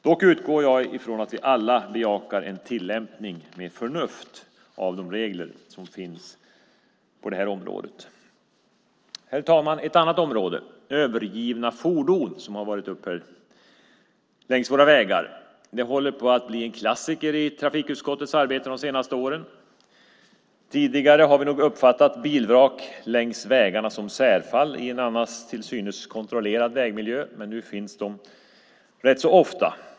Dock utgår jag ifrån att vi alla bejakar en tillämpning med förnuft av de regler som finns på detta område. Fru talman! Ett annat område som har varit uppe är övergivna fordon längs våra vägar. Det håller på att bli en klassiker i trafikutskottets arbete de senaste åren. Tidigare har vi nog uppfattat bilvrak längs vägarna som särfall i en annars till synes kontrollerad vägmiljö, men nu ser man dem rätt ofta.